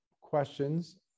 questions